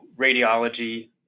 radiology